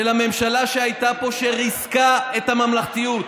של הממשלה שהייתה פה, ריסקה את הממלכתיות.